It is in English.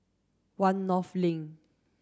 One North Link